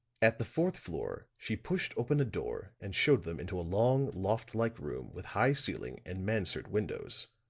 at the fourth floor she pushed open a door and showed them into a long loft-like room with high ceiling and mansard windows.